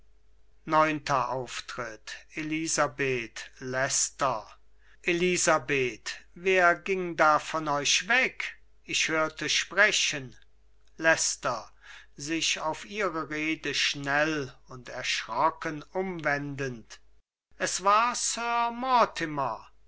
geht ab elisabeth leicester elisabeth wer ging da von euch weg ich hörte sprechen leicester sich auf ihre rede schnell und erschrocken umwendend es war